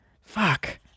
Fuck